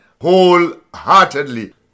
wholeheartedly